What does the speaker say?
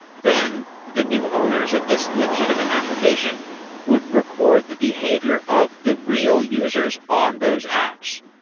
then the new owners of this legitimate application would record the behavior of the real users on those apps.